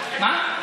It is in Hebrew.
מה?